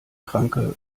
kranke